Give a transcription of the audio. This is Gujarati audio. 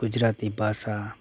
ગુજરાતી ભાષા